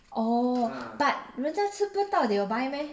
oh but 人家吃不到 they will buy meh